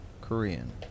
Korean